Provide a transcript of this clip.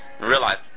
realize